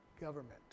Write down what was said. government